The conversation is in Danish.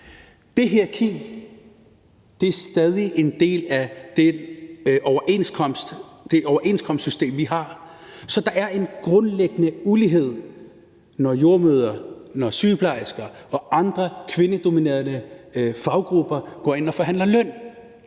Danmark, stadig en del af det overenskomstsystem, vi har. Så der er en grundlæggende ulighed, når jordemødre, sygeplejersker og andre kvindedominerede faggrupper går ind og forhandler løn.